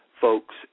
folks